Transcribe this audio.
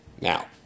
Now